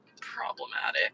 problematic